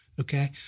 Okay